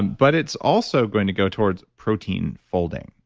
but it's also going to go towards protein folding.